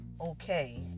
okay